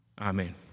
Amen